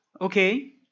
okay